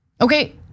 Okay